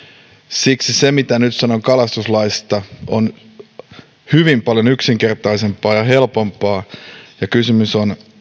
siksi se mitä nyt sanon kalastuslaista on hyvin paljon yksinkertaisempaa ja helpompaa ja kysymys on